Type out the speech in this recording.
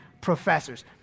professors